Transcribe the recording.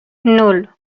nul